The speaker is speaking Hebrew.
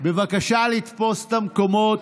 בבקשה לתפוס את המקומות.